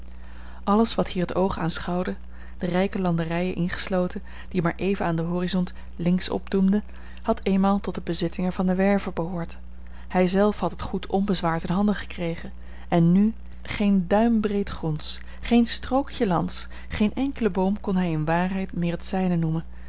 alles wat hier het oog aanschouwde de rijke landerijen ingesloten die maar even aan den horizont links opdoemden had eenmaal tot de bezittingen van de werve behoord hij zelf had het goed onbezwaard in handen gekregen en n geen duimbreed gronds geen strookje lands geen enkelen boom kon hij in waarheid meer het zijne noemen